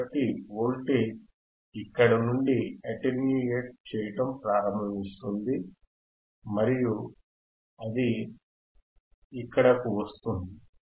కాబట్టి వోల్టేజ్ ఇక్కడ నుండి అటన్యుయేట్ చేయడం ప్రారంభిస్తుంది మరియు అది ఇక్కడకు వస్తుంది